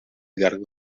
llarg